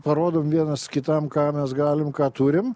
parodom vienas kitam ką mes galim ką turim